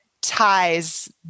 ties